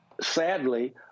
sadly